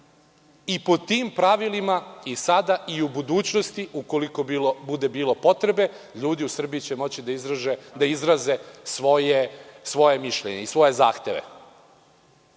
i po tim pravilima i sada i u budućnosti, ukoliko bude bilo potrebe, ljudi u Srbiji će moći da izraze svoje mišljenje i svoje zahteve. Target